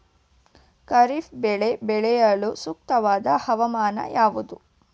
ಖಾರಿಫ್ ಬೆಳೆ ಬೆಳೆಯಲು ಸೂಕ್ತವಾದ ಹವಾಮಾನ ಯಾವುದು?